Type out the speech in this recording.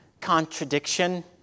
contradiction